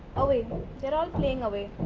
away there are playing away.